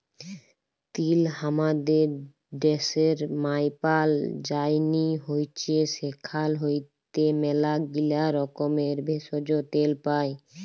তিল হামাদের ড্যাশের মায়পাল যায়নি হৈচ্যে সেখাল হইতে ম্যালাগীলা রকমের ভেষজ, তেল পাই